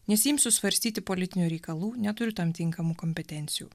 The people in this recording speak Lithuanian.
nesiimsiu svarstyti politinių reikalų neturiu tam tinkamų kompetencijų